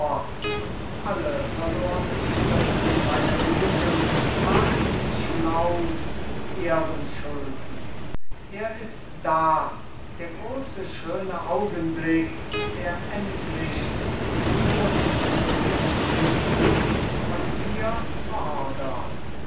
und alle verlorne stunden meiner jugend mahnen mich laut wie ehrenschulden er ist da der große schöne augenblick der endlich des hohen pfundes zinsen von mir fordert